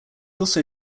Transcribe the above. also